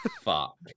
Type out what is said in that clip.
fuck